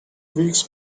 weeks